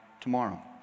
tomorrow